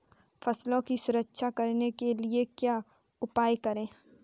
फसलों की सुरक्षा करने के लिए क्या उपाय करें?